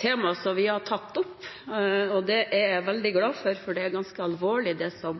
temaene som vi har tatt opp. Det er jeg veldig glad for, for det er ganske alvorlig,